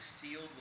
sealed